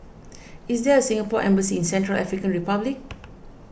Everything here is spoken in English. is there a Singapore Embassy in Central African Republic